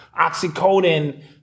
oxycodone